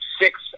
six